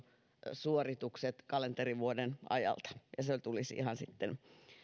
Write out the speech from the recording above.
suoritukset kalenterivuoden ajalta ja se tulisi ihan sitten